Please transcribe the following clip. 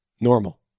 Normal